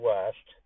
West